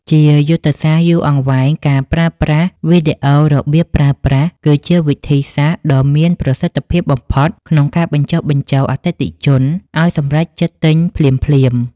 ជាយុទ្ធសាស្ត្រយូរអង្វែង ការប្រើប្រាស់ វីដេអូរបៀបប្រើប្រាស់គឺជាវិធីសាស្ត្រដ៏មានប្រសិទ្ធភាពបំផុតក្នុងការបញ្ចុះបញ្ចូលអតិថិជនឱ្យសម្រេចចិត្តទិញភ្លាមៗ។